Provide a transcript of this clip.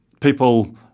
people